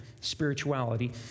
spirituality